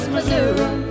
Missouri